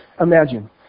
Imagine